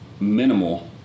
minimal